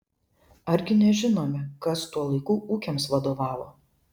argi nežinome kas tuo laiku ūkiams vadovavo